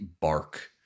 bark